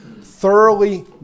thoroughly